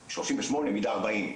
38, מידה 40,